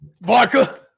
Vodka